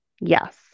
Yes